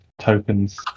tokens